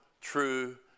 true